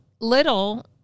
little